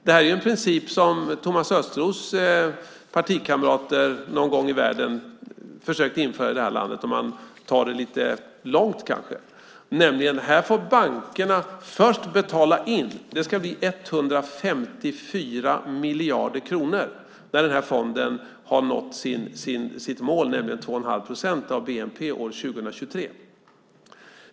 Det här är en princip som Thomas Östros partikamrater någon gång i världen försökte införa i det här landet, för att dra det lite långt. Det är nämligen så att här får bankerna först betala in. Det ska bli 154 miljarder kronor när den här fonden har nått sitt mål, nämligen 2 1⁄2 procent av bnp år 2023.